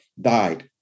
died